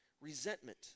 resentment